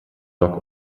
dock